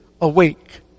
awake